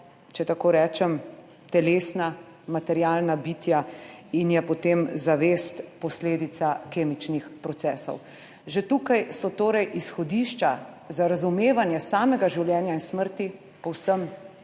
če tako rečem, telesna, materialna bitja in je, potem zavest posledica kemičnih procesov. Že tukaj so torej izhodišča za razumevanje samega življenja in smrti povsem